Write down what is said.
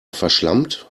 verschlampt